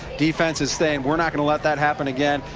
defense is saying we're not going to let that happen again.